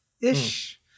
ish